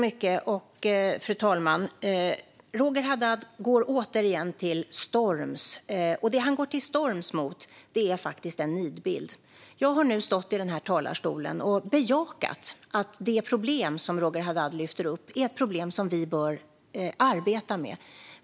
Fru talman! Roger Haddad går återigen till storms. Och det han går till storms mot är en nidbild. Jag har nu stått i den här talarstolen och bejakat att det problem som Roger Haddad lyfter upp är ett problem som vi bör arbeta med.